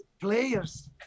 players